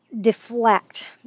deflect